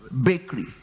bakery